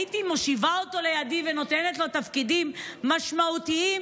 הייתי מושיבה אותו לידי ונותנת לו תפקידים משמעותיים,